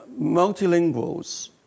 multilinguals